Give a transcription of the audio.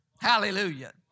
Hallelujah